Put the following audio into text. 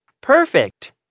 Perfect